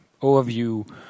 overview